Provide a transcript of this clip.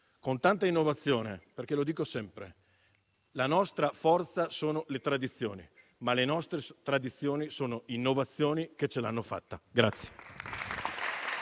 con tanta innovazione, perché lo dico sempre: la nostra forza sono le tradizioni, ma le nostre tradizioni sono innovazioni che ce l'hanno fatta.